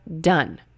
done